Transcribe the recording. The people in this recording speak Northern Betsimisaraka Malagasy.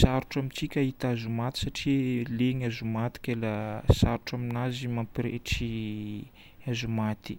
sarotro amintsika hahita hazomaty satria leny hazomaty ke la sarotro aminazy mampirehitry hazomaty.